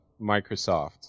microsoft